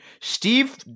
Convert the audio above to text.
Steve